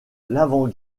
l’avant